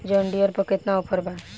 John Deere पर केतना offer बा?